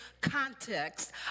context